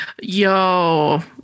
Yo